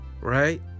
right